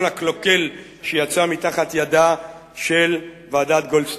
הקלוקל שיצא מתחת ידה של ועדת גולדסטון.